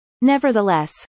Nevertheless